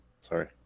Sorry